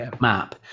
map